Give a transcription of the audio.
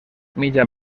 mitja